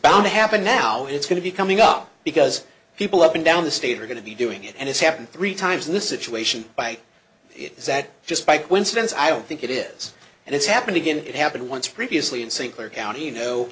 bound to happen now it's going to be coming up because people up and down the state are going to be doing it and it's happened three times in this situation by it is that just by coincidence i don't think it is and it's happened again it happened once previously in st clair county you know